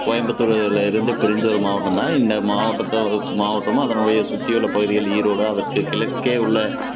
கோயம்புத்தூரில் இருந்து பிரிஞ்ச ஒரு மாவட்டம்தான் இந்த மாவட்டத்தை ஒரு மாவட்டமும் அதனுடைய சுற்றி உள்ள பகுதிகள் ஈரோடு அதற்கு கிழக்கே உள்ள